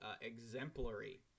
exemplary